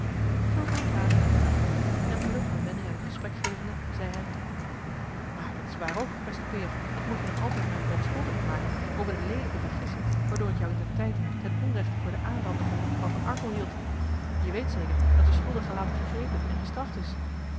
fulco raadde zijne gedachten en vlug eene wending aan het gesprek gevende zeide hij maar dat is waar ook beste peer ik moet je nog altoos mijne verontschuldiging maken over de leelijke vergissing waardoor ik jou indertijd ten onrechte voor den aanrander van jonkvrouw van arkel hield je weet zeker dat de schuldige later gegrepen en gestraft is